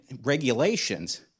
regulations